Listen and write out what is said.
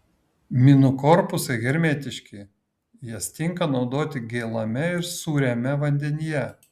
minų korpusai hermetiški jas tinka naudoti gėlame ir sūriame vandenyje